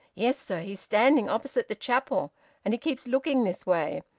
yes, sir. he's standing opposite the chapel and he keeps looking this way.